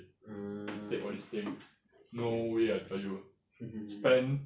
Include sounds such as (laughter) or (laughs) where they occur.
mm I see I see (laughs)